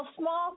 small